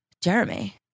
Jeremy